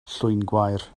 llwyngwair